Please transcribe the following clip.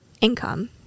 income